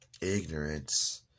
ignorance